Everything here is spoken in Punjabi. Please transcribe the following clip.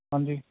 ਹਾਂਜੀ